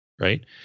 right